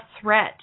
threat